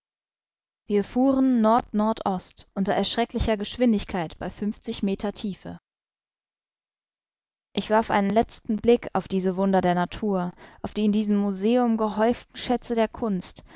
wir fuhren nord nord ost unter erschrecklicher geschwindigkeit bei fünfzig meter tiefe ich warf einen letzten blick auf diese wunder der natur auf die in diesem museum gehäuften schätze der kunst